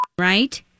Right